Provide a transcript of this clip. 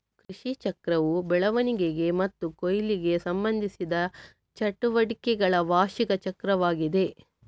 ಕೃಷಿಚಕ್ರವು ಬೆಳವಣಿಗೆ ಮತ್ತು ಕೊಯ್ಲಿಗೆ ಸಂಬಂಧಿಸಿದ ಚಟುವಟಿಕೆಗಳ ವಾರ್ಷಿಕ ಚಕ್ರವಾಗಿದೆ